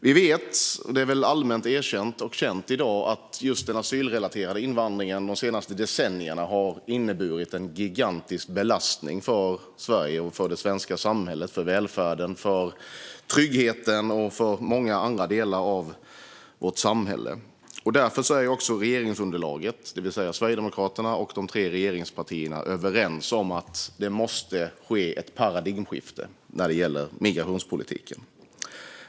Vi vet - detta är allmänt erkänt och känt i dag - att just den asylrelaterade invandringen de senaste decennierna har inneburit en gigantisk belastning för Sverige, för det svenska samhället, för välfärden, för tryggheten och för många andra delar av vårt samhälle. Regeringsunderlaget, det vill säga Sverigedemokraterna och de tre regeringspartierna, är därför överens om att det måste ske ett paradigmskifte när det gäller migrationspolitiken.